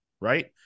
right